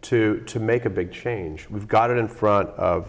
to to make a big change we've got it in front of